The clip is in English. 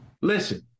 Listen